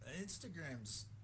Instagram's